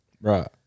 Right